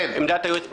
עמדת היועץ פורסמה.